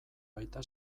baita